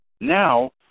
now